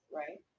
right